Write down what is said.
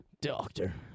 Doctor